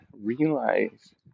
realize